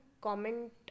comment